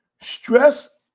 Stress